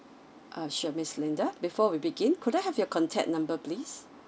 uh sure miss linda before we begin could I have your contact number please